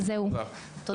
זהו, תודה.